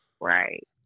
Right